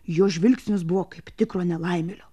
jo žvilgsnis buvo kaip tikro nelaimėlio